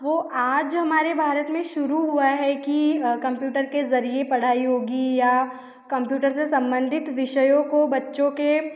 वो आज हमारे भारत में शुरू हुआ है कि कंप्यूटर के ज़रिए पढ़ाई होगी या कंप्यूटर से सम्बंधित विषयों को बच्चों के